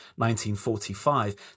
1945